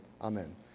amen